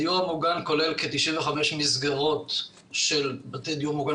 הדיור המוגן כולל כ-95 מסגרות של בתי דיון מוגן